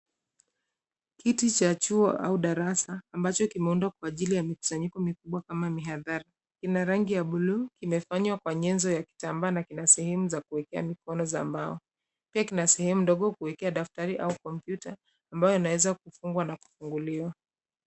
Kiti cha chuo au darasa, ambacho kimeundwa kwa ajili ya mkusanyiko mkubwa kama mihadhara. Lina rangi ya buluu imefanywa kwa nyenzo ya kitambaa na kuna sehemu za kuekea mkono za mbao. Pia kuna sehemu ndogo kuekea daftari au kompyuta, ambayo inaweza kufungwa au kufunguliwa.